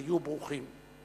היו ברוכים.